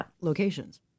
locations